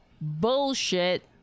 bullshit